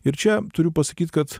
ir čia turiu pasakyt kad